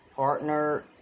Partner